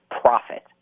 profit